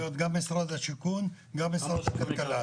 יכול להיות גם משרד השיכון, גם משרד הכלכלה.